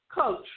Coach